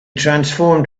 transformed